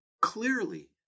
Clearly